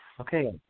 Okay